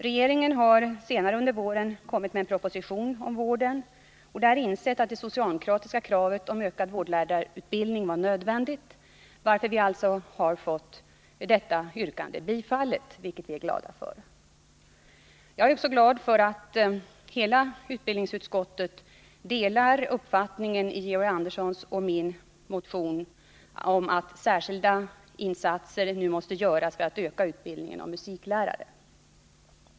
Regeringen har senare under våren kommit med en proposition om vården och där insett att det socialdemokratiska kravet på ökad vårdlärarutbildning var befogat, varför vi alltså har fått detta yrkande bifallet, vilket vi är glada för. Jag är också glad över att hela utbildningsutskottet delar min och Georg Anderssons uppfattning att särskilda insatser måste göras för att öka utbildningen av musiklärare.